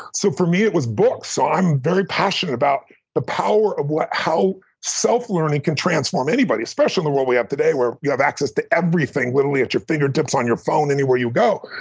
so for me, it was books. i'm very passionate about the power of how self-learning can transform anybody, especially in the world we have today where you have access to everything, literally, at your fingertips, on your phone, anywhere you go.